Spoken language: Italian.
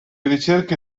ricerche